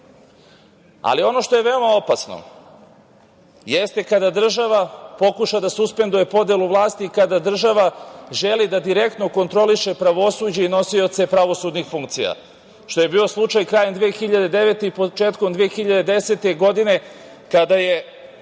Ali, ono što je veoma opasno jeste kada država pokuša da suspenduje podelu vlasti, kada država želi da direktno kontroliše pravosuđe i nosioce pravosudnih funkcija, što je bio slučaj krajem 2009. godine i početkom 2010. godine, kada je